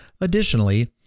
Additionally